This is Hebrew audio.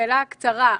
שאלה קצרה.